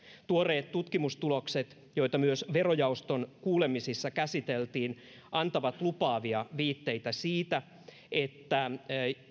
tuoreet tutkimustulokset joita myös verojaoston kuulemisissa käsiteltiin antavat lupaavia viitteitä siitä että